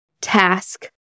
task